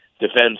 defends